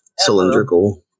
cylindrical